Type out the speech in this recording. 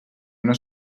una